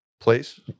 place